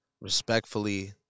respectfully